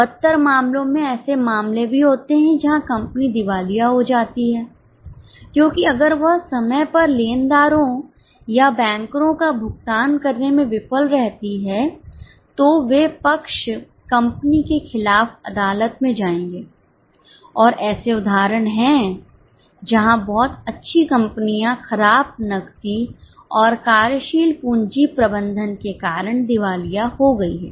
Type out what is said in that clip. बदतर मामलों में ऐसे मामले भी होते हैं जहां कंपनी दिवालिया हो जाती है क्योंकि अगर वह समय पर लेनदारों या बैंकरों का भुगतान करने में विफल रहती है तो वे पक्ष कंपनी के खिलाफ अदालत में जाएंगे और ऐसे उदाहरण हैं जहां बहुत अच्छी कंपनियां खराब नकदी और कार्यशील पूँजी प्रबंधन के कारण दिवालिया हो गई हैं